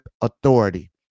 authority